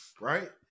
right